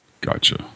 Gotcha